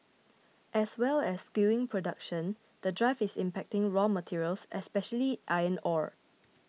as well as skewing production the drive is impacting raw materials especially iron ore